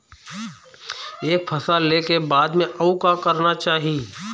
एक फसल ले के बाद म अउ का करना चाही?